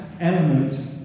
element